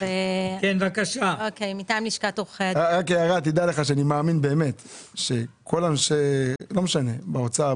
תדע לך שאני מאמין באמת שכל האנשים באוצר,